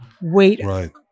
wait